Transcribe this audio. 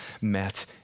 met